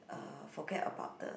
uh forget about the